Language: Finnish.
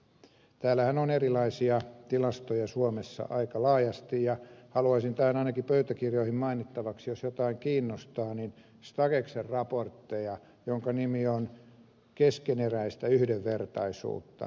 täällähän on erilaisia tilastoja suomessa aika laajasti ja haluaisin tähän ainakin pöytäkirjoihin mainittavaksi jos jotain kiinnostaa stakesin raportin jonka nimi on keskeneräistä yhdenvertaisuutta